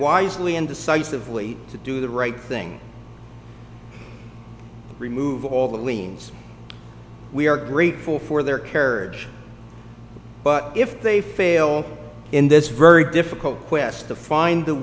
wisely and decisively to do the right thing and remove all the liens we are grateful for their carriage but if they fail in this very difficult quest to find th